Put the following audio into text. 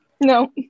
no